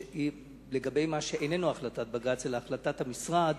לגבי מה שאיננו החלטת בג"ץ, אלא החלטת המשרד,